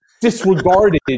disregarded